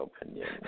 opinion